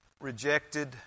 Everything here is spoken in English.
rejected